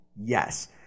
Yes